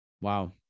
Wow